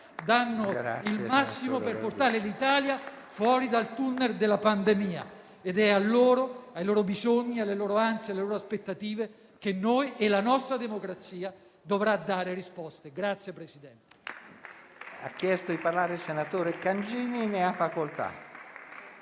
danno il massimo per portare l'Italia fuori dal *tunnel* della pandemia. È a loro, ai loro bisogni, alle loro ansie e alle loro aspettative che noi e la nostra democrazia dovremo dare risposte.